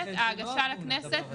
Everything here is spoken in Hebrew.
ההגשה לכנסת,